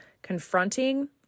confronting